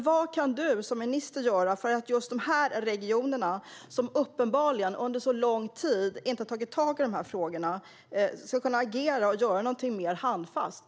Vad kan du som minister göra för att just dessa regioner, som uppenbarligen under lång tid inte har tagit tag i dessa frågor, ska agera och göra något mer handfast?